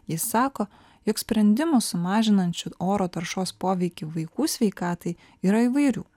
jis sako jog sprendimų sumažinančių oro taršos poveikį vaikų sveikatai yra įvairių